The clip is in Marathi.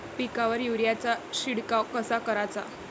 पिकावर युरीया चा शिडकाव कसा कराचा?